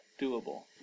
doable